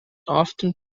often